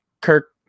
Kirk